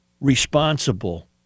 responsible